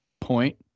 Point